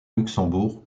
luxembourg